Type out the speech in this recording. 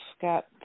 got